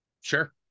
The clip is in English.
sure